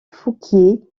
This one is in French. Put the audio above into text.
fouquier